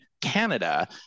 Canada